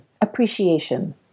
appreciation